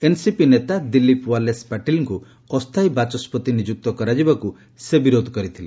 NCP ନେତା ଦିଲୀପ ୱାଲେସ୍ ପାଟିଲଙ୍କୁ ଅସ୍ଥାୟୀ ବାଚସ୍କତି ନିଯୁକ୍ତ କରାଯିବାକୁ ସେ ବିରୋଧ କରିଥିଲେ